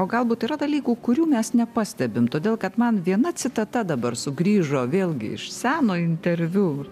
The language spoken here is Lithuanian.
o galbūt yra dalykų kurių mes nepastebim todėl kad man viena citata dabar sugrįžo vėlgi iš seno interviu